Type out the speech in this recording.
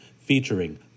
featuring